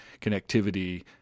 connectivity